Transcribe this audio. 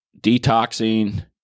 detoxing